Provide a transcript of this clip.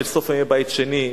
של סוף ימי בית שני,